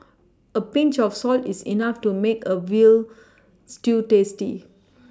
a Pinch of salt is enough to make a veal stew tasty